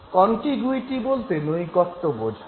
contiguity বলতে নৈকট্য বোঝায়